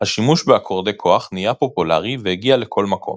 השימוש באקורדי כוח נהיה פופולרי והגיע לכל מקום,